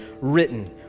written